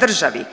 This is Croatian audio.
državi.